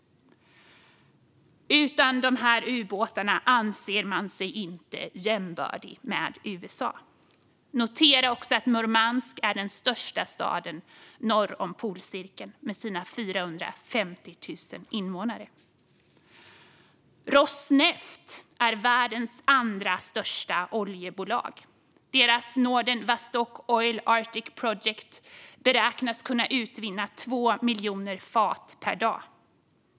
Utan de ubåtarna anser man sig inte vara jämbördig med USA. Notera också att Murmansk med sina 450 000 invånare är den största staden norr om polcirkeln. Rosneft är världens andra största oljebolag. Deras northern Vostok Oil Arctic project beräknas kunna utvinna 2 miljoner fat per dag.